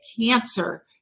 cancer